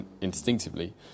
instinctively